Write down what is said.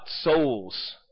souls